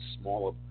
smaller